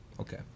okay